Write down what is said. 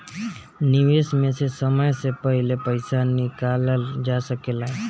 निवेश में से समय से पहले पईसा निकालल जा सेकला?